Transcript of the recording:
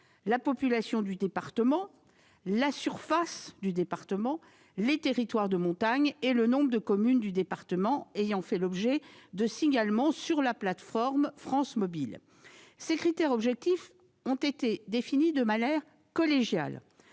la population du département, la surface du département, les territoires de montagne et le nombre de communes du département ayant fait l'objet de signalements sur la plateforme France Mobile. Ces critères objectifs ont été définis de manière collégiale,